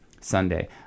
Sunday